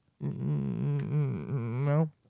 No